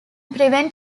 prevent